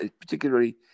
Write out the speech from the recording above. particularly